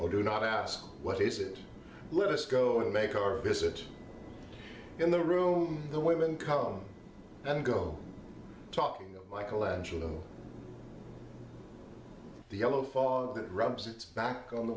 or do not ask what is it let us go and make our visit in the room the women come and go talking of michaelangelo the yellow fog that rubs its back on the